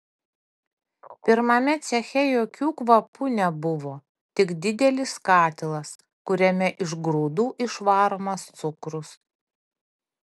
pirmame ceche jokių kvapų nebuvo tik didelis katilas kuriame iš grūdų išvaromas cukrus